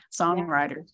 songwriters